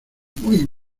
muy